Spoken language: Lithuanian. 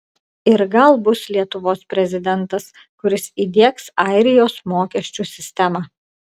ir gal bus lietuvos prezidentas kuris įdiegs airijos mokesčių sistemą